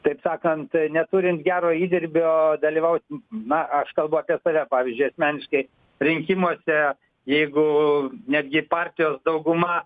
taip sakant neturint gero įdirbio dalyvausim na aš kalbu apie save pavyzdžiui asmeniškai rinkimuose jeigu netgi partijos dauguma